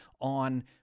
on